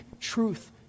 truth